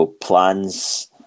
plans